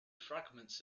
fragments